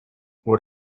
what